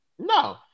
No